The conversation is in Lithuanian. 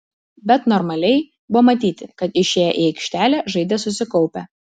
bet normaliai buvo matyti kad išėję į aikštelę žaidė susikaupę